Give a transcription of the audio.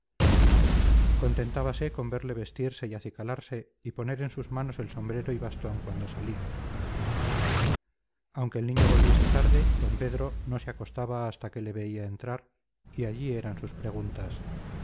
concurrencia contentábase con verle vestirse y acicalarse y poner en sus manos el sombrero y bastón cuando salía aunque el niño volviese tarde d pedro no se acostaba hasta que le veía entrar y allí eran sus preguntas